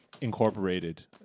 incorporated